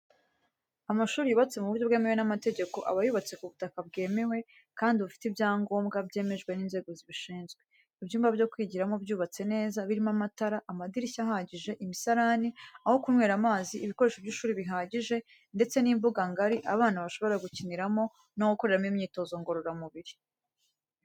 Amashuri yubatse mu buryo bwemewe n'amategeko, aba yubatse ku butaka bwemewe kandi bufite ibyangombwa byemejwe n'inzego zibishinzwe, ibyumba byo kwigiramo byubatse neza birimo amatara, amadirishya ahagije, imisarani, aho kunywera amazi, ibikoresho by’ishuri bihagije ndetse n'imbuga ngari abana bashobora gukiniramo no gukoreramo imyitozo ngororamubiri.